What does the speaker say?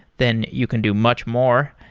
then you can do much more.